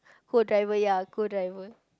co driver ya co driver